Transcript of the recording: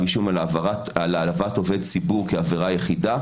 אישום על העלבת עובד ציבור כעבירה יחידה,